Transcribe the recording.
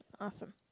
Awesome